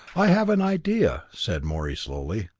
i have an idea, said morey slowly,